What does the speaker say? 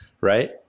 right